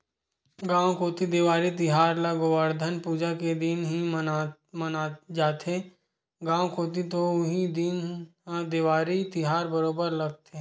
गाँव कोती देवारी तिहार ल गोवरधन पूजा के दिन ही माने जाथे, गाँव कोती तो उही दिन ह ही देवारी तिहार बरोबर लगथे